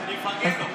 אני מפרגן לו.